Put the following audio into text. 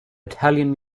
italian